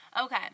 Okay